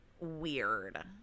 weird